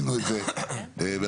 אני